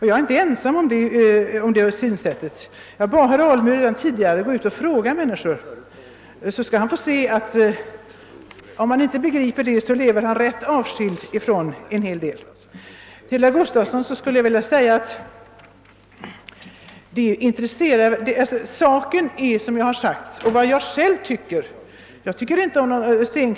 Jag är inte ensam om detta synsätt; redan tidigare bad jag herr Alemyr att han skulle gå ut och fråga människorna om deras uppfattning. Om han inte förstår detta, lever han rätt avskild från det mesta. Saken ligger till på det sätt som jag framställt den, herr Gustafson i Göteborg. Jag tycker inte själv om sten.